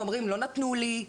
אומרים לא נתנו לי,